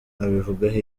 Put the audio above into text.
abivugaho